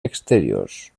exteriors